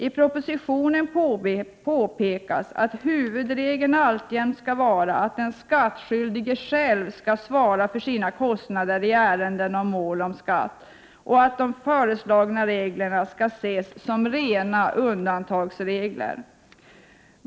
I propositionen påpekas att huvudregeln alltjämt skall vara att den skattskyldige själv svarar för sina kostnader i ärenden om mål om skatt och att de föreslagna reglerna skall ses som rena undantagsregler.